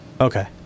Okay